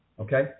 Okay